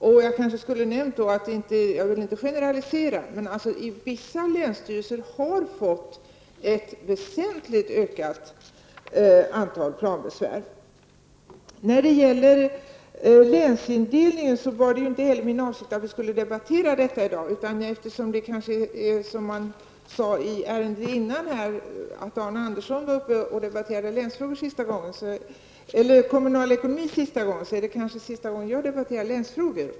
Jag skall kanske nämna och jag vill inte generalisera, men i vissa länsstyrelser har man fått en väsentligt ökat antal planbesvär. När det gäller länsindelningen var det inte heller min avsikt att vi skall debattera detta i dag. Men på samma sätt som Arne Andersson i Gamleby var uppe och debatterade kommunalekonomi för sista gången är detta kanske sista gången jag debatterar länsfrågor.